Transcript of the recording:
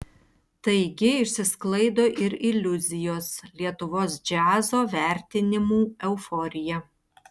taigi išsisklaido ir iliuzijos lietuvos džiazo vertinimų euforija